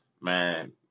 man